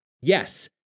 Yes